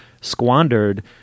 squandered